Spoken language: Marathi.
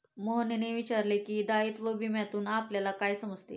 मोहनने विचारले की, दायित्व विम्यातून आपल्याला काय समजते?